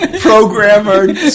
Programmer